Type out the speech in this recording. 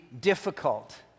difficult